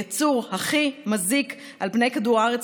הייצור הכי מזיק על פני כדור הארץ,